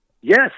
Yes